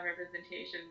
representation